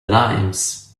limes